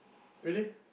really